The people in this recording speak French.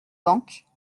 banques